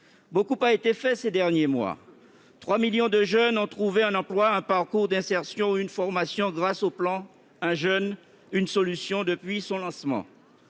Beaucoup a été fait ces derniers mois. Trois millions de jeunes ont trouvé un emploi, un parcours d'insertion ou une formation grâce au plan « 1 jeune, 1 solution » depuis son lancement.